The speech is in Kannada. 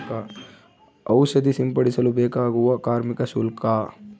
ಔಷಧಿ ಸಿಂಪಡಿಸಲು ಬೇಕಾಗುವ ಕಾರ್ಮಿಕ ಶುಲ್ಕ?